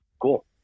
Cool